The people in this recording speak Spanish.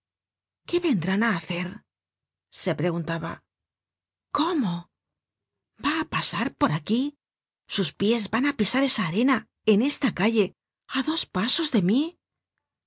qué vendrán á hacer se preguntaba cómo va ápasar por aquí sus pies van á pisar esa arena en esta calle á dos pasos de mí